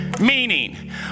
Meaning